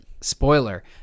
spoiler